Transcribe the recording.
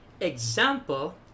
Example